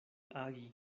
agi